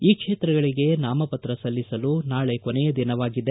ಈ ಕ್ಷೇತ್ರಗಳಿಗೆ ನಾಮಪತ್ರ ಸಲ್ಲಿಸಲು ನಾಳೆ ಕೊನೆಯ ದಿನವಾಗಿದೆ